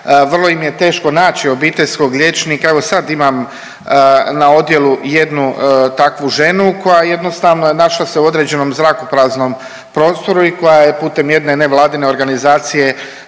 vrlo im je teško naći obiteljskog liječnika. Evo sad imam na odjelu jednu takvu ženu koja jednostavno našla se u određenom zrakopraznom prostoru i koja je putem jedne nevladine organizacije